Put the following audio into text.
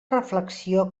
reflexió